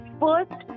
first